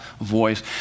voice